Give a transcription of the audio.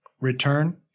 return